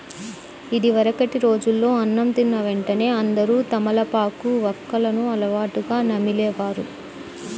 ఇదివరకటి రోజుల్లో అన్నం తిన్న వెంటనే అందరూ తమలపాకు, వక్కలను అలవాటుగా నమిలే వారు